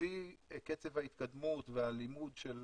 לפי קצב ההתקדמות והלימוד של